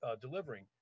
delivering